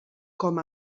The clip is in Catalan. com